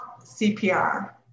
CPR